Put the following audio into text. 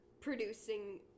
producing